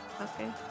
Okay